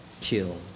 kill